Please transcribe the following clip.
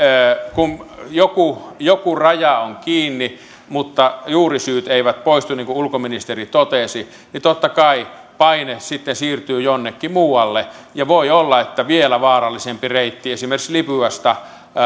kun joku joku raja on kiinni mutta juurisyyt eivät poistu niin kuin ulkoministeri totesi niin totta kai paine sitten siirtyy jonnekin muualle voi olla että vielä vaarallisempi reitti esimerkiksi libyasta